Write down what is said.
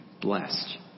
blessed